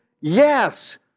Yes